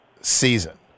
season